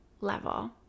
level